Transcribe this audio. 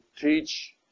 teach